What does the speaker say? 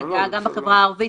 שנגע גם בחברה הערבית,